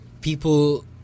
people